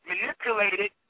manipulated